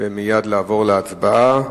ומייד נעבור להצבעה.